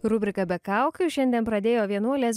rubrika be kaukių šiandien pradėjo vienuolės